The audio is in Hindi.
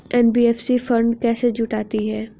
एन.बी.एफ.सी फंड कैसे जुटाती है?